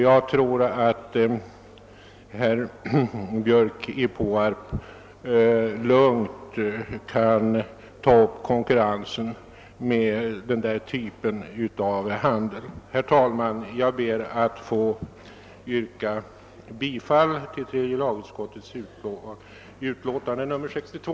Jag tror att herr Björk i Påarp lugnt kan ta upp konkurrensen med den där typen av handel. Herr talman! Jag ber att få yrka bifall till tredje lagutskottets hemställan i dess utlåtande nr 62.